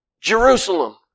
Jerusalem